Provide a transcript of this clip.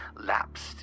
lapsed